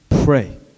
pray